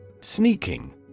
Sneaking